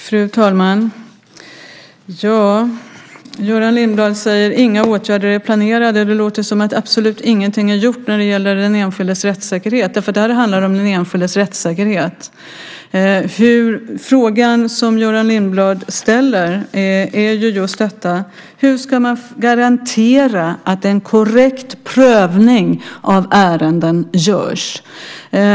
Fru talman! Göran Lindblad säger att inga åtgärder är planerade. Det låter som att absolut ingenting är gjort när det gäller den enskildes rättssäkerhet. Här handlar det ju om den enskildes rättssäkerhet. Den fråga som Göran Lindblad ställer är just hur man ska garantera att en korrekt prövning av ärenden görs.